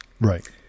Right